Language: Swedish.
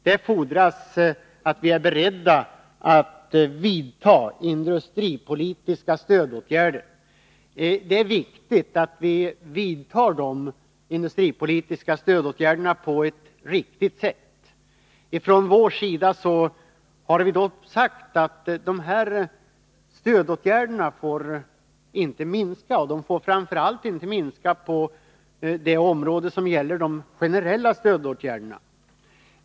Det fordras att vi är beredda att vidta industripolitiska stödåtgärder, och det är viktigt att åtgärderna vidtas på ett riktigt sätt. Från vår sida har vi sagt att dessa stödåtgärder inte får minska — framför allt får inte de generella stödåtgärderna minska.